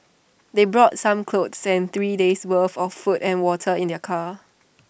they brought some clothes and three days worth of food and water in their car